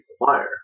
require